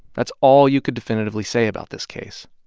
that's all you could definitively say about this case.